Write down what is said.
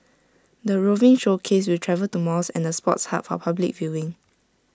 the roving showcase will travel to malls and the sports hub for public viewing